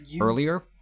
earlier